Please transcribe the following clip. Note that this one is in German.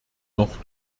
noch